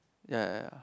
ya ya ya